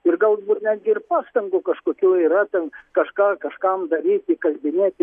ir galbūt netgi ir pastangų kažkokių yra ten kažką kažkam daryt įkalbinėti